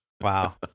Wow